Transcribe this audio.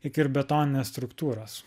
iki ir betoninės struktūros